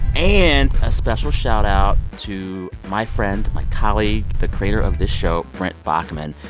and a special shout-out to my friend, my colleague, the creator of this show, brent baughman.